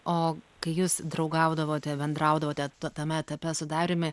o kai jūs draugaudavote bendraudavote tame etape su dariumi